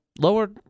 lower